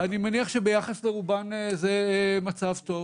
אני מניח שביחס לרובן זה מצב טוב.